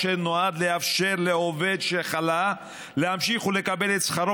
אשר נועד לאפשר לעובד שחלה להמשיך ולקבל את שכרו